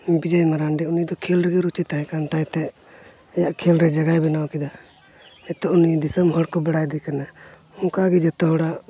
ᱵᱤᱡᱚᱭ ᱢᱟᱨᱟᱱᱰᱤ ᱩᱱᱤ ᱫᱚ ᱠᱷᱮᱞ ᱨᱮᱜᱮ ᱨᱩᱪᱤ ᱛᱟᱦᱮᱸ ᱠᱟᱱ ᱛᱟᱭᱛᱮ ᱟᱭᱟᱜ ᱠᱷᱮᱞ ᱨᱮ ᱡᱟᱭᱜᱟᱭ ᱵᱮᱱᱟᱣ ᱠᱮᱫᱟ ᱱᱤᱛᱚᱜ ᱩᱱᱤ ᱫᱤᱥᱚᱢ ᱦᱚᱲ ᱠᱚ ᱵᱟᱲᱟᱭᱮᱫᱮ ᱠᱟᱱᱟ ᱚᱱᱠᱟᱜᱮ ᱡᱚᱛᱚ ᱦᱚᱲᱟᱜ